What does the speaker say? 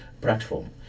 platform